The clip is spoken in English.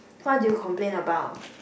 what do you complain about